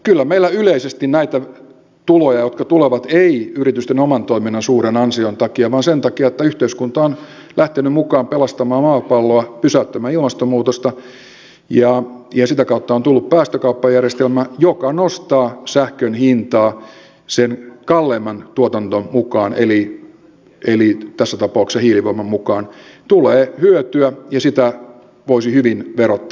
kyllä meillä yleisesti näistä tuloista jotka tulevat ei yritysten oman toiminnan suuren ansion takia vaan sen takia että yhteiskunta on lähtenyt mukaan pelastamaan maapalloa pysäyttämään ilmastonmuutosta ja sitä kautta on tullut päästökauppajärjestelmä joka nostaa sähkön hintaa sen kalleimman tuotannon mukaan eli tässä tapauksessa hiilivoiman mukaan tulee hyötyä ja sitä voisi hyvin verottaa